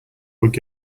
would